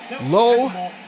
low